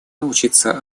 научиться